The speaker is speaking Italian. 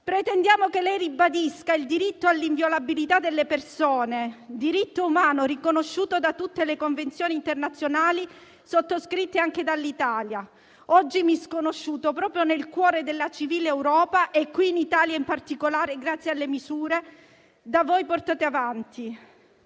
pretendiamo che ribadisca il diritto all'inviolabilità delle persone, diritto umano riconosciuto da tutte le convenzioni internazionali sottoscritte anche dall'Italia, oggi misconosciuto proprio nel cuore della civile Europa e qui in Italia, in particolare, grazie alle misure da voi portate avanti.